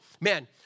man